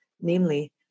namely